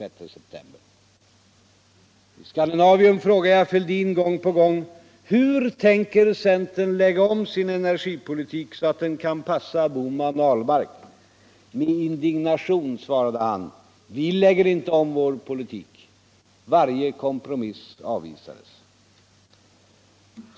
I Scandinavium frågade jag Fälldin gång på gång: Hur tänker centern lägga om sin energipolitik så att den kan passå Bohman och Ahlmark? Med indignation svarade han: Vi lägger inte om vär politik. Varje kompromiss avvisades.